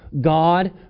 God